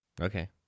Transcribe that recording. Okay